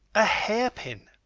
a hairpin.